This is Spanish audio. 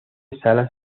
salas